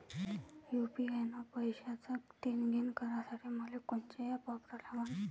UPI न पैशाचं देणंघेणं करासाठी मले कोनते ॲप वापरा लागन?